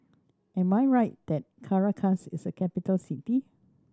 am I right that Caracas is a capital city